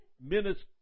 minutes